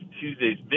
Tuesday's